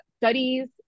studies